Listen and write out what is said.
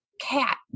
cat